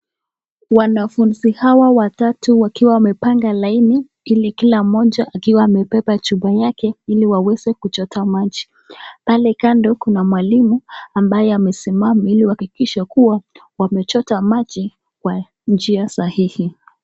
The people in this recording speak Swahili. Wanafunzi hawa watatu wakiwa wamepanga laini, ili kila mmoja akiwa amebeba chupa yake ili aweze kuchota maji. Pale kando kuna mwalimu ambaye amesimama ili kuhakikisha wamechota maji kwa njia sahihi.